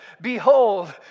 behold